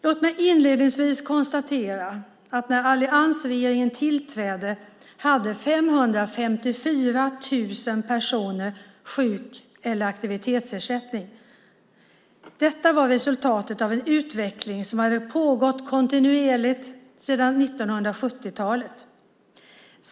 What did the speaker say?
Låt mig inledningsvis konstatera att när alliansregeringen tillträdde hade 554 000 personer sjuk eller aktivitetsersättning. Detta var resultatet av en utveckling som hade pågått kontinuerligt sedan 1970-talet.